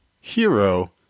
hero